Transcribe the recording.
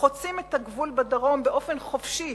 חוצים את הגבול בדרום באופן חופשי